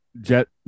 Jet